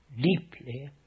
deeply